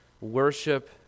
Worship